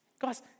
Guys